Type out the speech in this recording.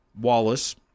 Wallace